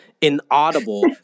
inaudible